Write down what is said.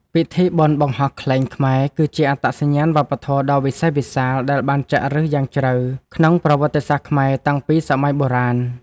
ពិធីបុណ្យបង្ហោះខ្លែងខ្មែរ គឺជាអត្តសញ្ញាណវប្បធម៌ដ៏វិសេសវិសាសដែលបានចាក់ឫសយ៉ាងជ្រៅក្នុងប្រវត្តិសាស្ត្រខ្មែរតាំងពីសម័យបុរាណ។